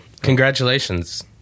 Congratulations